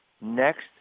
next